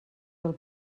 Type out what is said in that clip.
del